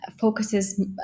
focuses